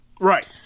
Right